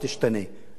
לגבי המתנחלים,